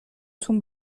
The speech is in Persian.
تون